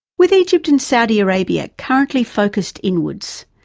with egypt and saudi arabia currently focused inwards,